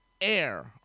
air